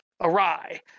awry